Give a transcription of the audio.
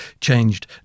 changed